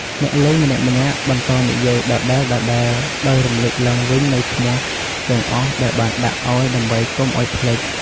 អ្នកលេងម្នាក់ៗបន្តនិយាយដដែលៗ ដោយរំលឹកឡើងវិញនូវឈ្មោះទាំងអស់ដែលបានដាក់អោយដើម្បីកុំអោយភ្លេច។